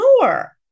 more